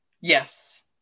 Yes